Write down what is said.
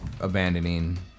abandoning